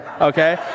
Okay